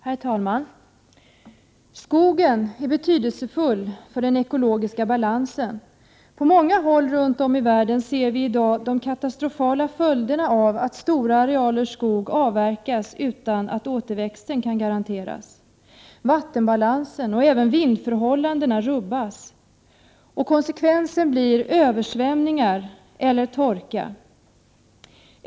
Herr talman! Skogen är betydelsefull för den ekologiska balansen. På många håll runt om i världen ser vi i dag de katastrofala följderna av att stora arealer skog avverkas utan att återväxten kan garanteras. Vattenbalansen och även vindförhållandena rubbas. Konsekvenserna blir översvämningar eller torka.